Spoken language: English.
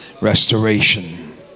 restoration